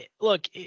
look